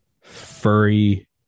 furry